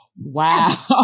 Wow